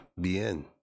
Bien